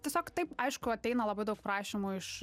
tiesiog taip aišku ateina labai daug prašymų iš